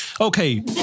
Okay